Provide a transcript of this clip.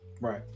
right